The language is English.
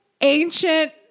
ancient